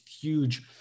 huge